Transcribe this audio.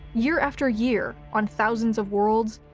year after year, on thousands of worlds,